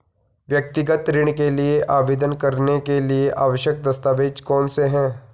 व्यक्तिगत ऋण के लिए आवेदन करने के लिए आवश्यक दस्तावेज़ कौनसे हैं?